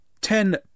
Ten